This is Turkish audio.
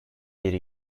bir